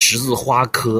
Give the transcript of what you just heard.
十字花科